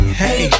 hey